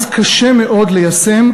אז קשה מאוד ליישם,